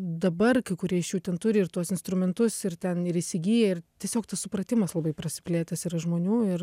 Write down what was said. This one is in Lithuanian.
dabar kai kurie iš jų ten turi ir tuos instrumentus ir ten ir įsigyja ir tiesiog tas supratimas labai prasiplėtęs yra žmonių ir